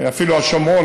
ואפילו השומרון,